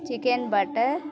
chicken butter